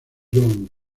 jones